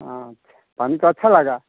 हाँ पानी तो अच्छा लगा